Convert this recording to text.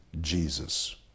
Jesus